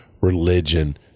religion